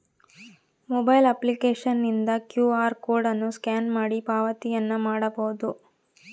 mobile ಅಪ್ಲಿಕೇಶನ್ನಿಂದ Q R code ಅನ್ನು scan ಮಾಡಿ ಪಾವತಿಯನ್ನ ಮಾಡಬೊದು